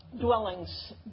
dwellings